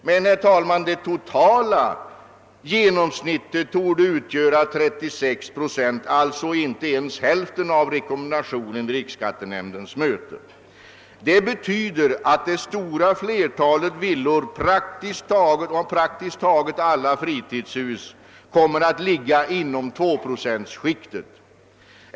Genomsnittet för samtliga villor torde, herr talman, utgöra 36 procent — alltså inte ens hälften av vad som rekommenderades vid riksskattenämndens möte. Flertalet villor och praktiskt taget alla fritidshus kommer att ligga inom 2-procentsskiktet.